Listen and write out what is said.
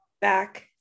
back